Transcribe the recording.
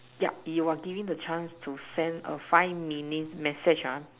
yup you are given a chance to send a five minute message ah